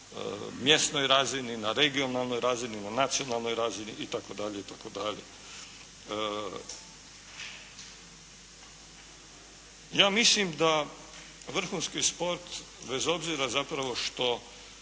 mjesnoj razini, na regionalnoj razini, na nacionalnoj razini itd., itd. Ja mislim da vrhunski sport bez obzira zapravo što